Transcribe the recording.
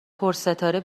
پرستاره